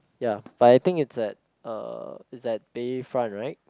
ya but I think it's at uh it's at Bayfront right